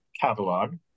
catalog